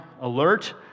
alert